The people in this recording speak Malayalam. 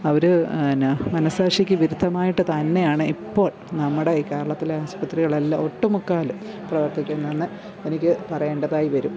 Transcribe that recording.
അവർ പിന്നെ ആ മനഃസാക്ഷിക്ക് വിരുദ്ധമായിട്ട് തന്നെയാണ് ഇപ്പോള് നമ്മുടെ ഈ കേരളത്തിലെ ആശുപത്രികളെല്ലാം ഒട്ടുമുക്കാലും പ്രവര്ത്തിക്കുന്നതെന്ന് എനിക്ക് പറയേണ്ടതായി വരും